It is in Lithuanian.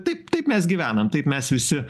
taip taip mes gyvenam taip mes visi